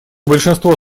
большинство